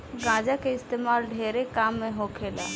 गांजा के इस्तेमाल ढेरे काम मे होखेला